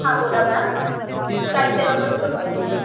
हां बोला मॅम काय सेवा करू शकतो तुम्ही